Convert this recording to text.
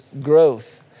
growth